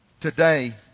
Today